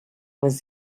was